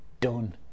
done